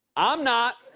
i'm not.